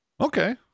Okay